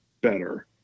better